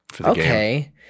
Okay